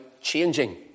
changing